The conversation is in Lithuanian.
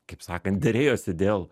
kaip sakant derėjosi dėl